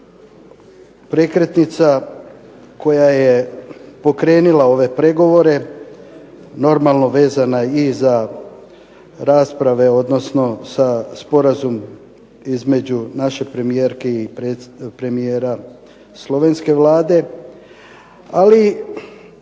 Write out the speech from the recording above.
prekretnica koja je pokrenula ove pregovore, normalno vezana i za rasprave odnosno sa sporazumom naše premijerke i premijera slovenske Vlade. Ali